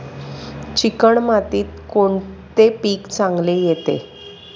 Chicken मातीत कोणते पीक चांगले येते?